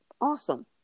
awesome